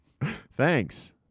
Thanks